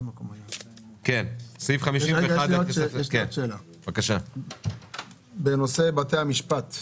יש לי עוד שאלה בנושא בתי המשפט.